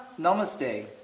Namaste